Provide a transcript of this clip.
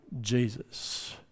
Jesus